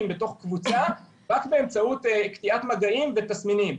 בתוך קבוצה רק באמצעות קטיעת מגעים ותסמינים.